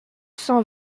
cent